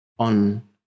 on